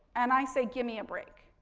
and i say, give me a break.